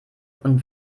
und